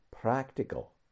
practical